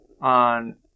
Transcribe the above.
on